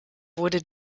wurde